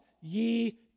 ye